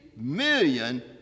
Million